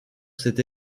cet